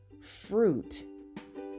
fruit